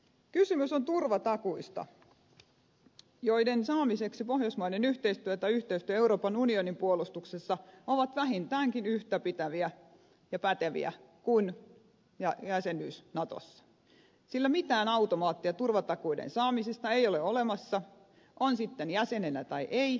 kysymys on turvatakuista joiden saamiseksi pohjoismainen yhteistyö tai yhteistyö euroopan unionin puolustuksessa on vähintäänkin yhtä pitävää ja pätevää kuin jäsenyys natossa sillä mitään automaattia turvatakuiden saamisesta ei ole olemassa on sitten jäsenenä tai ei